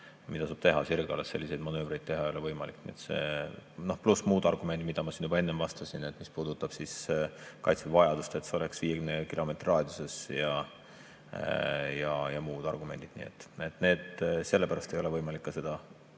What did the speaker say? mida saab teha. Sirgalas selliseid manöövreid teha ei ole võimalik. Pluss muud argumendid, mida ma juba enne vastasin, mis puudutavad Kaitseväe vajadust, et see oleks 50 kilomeetri raadiuses, ja muud argumendid. Sellepärast ei ole võimalik seda